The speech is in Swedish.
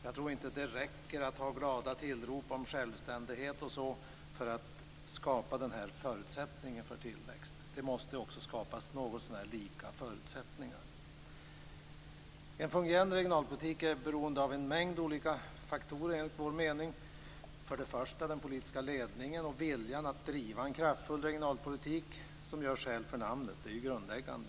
Jag tror inte att det räcker med glada tillrop om självständighet för att skapa denna förutsättning för tillväxt. Det måste också skapas någotsånär lika förutsättningar. Enligt vår mening är en fungerande regionalpolitik beroende av en mängd olika faktorer. Till att börja med måste man ha en politisk ledning som har en vilja att driva en kraftfull regionalpolitik som gör skäl för namnet. Detta är det grundläggande.